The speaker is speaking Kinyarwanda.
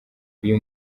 uyu